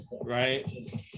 Right